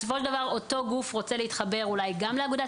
בסופו של דבר אותו גוף רוצה להתחבר אולי גם לאגודת